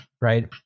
right